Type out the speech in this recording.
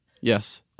Yes